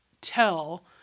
tell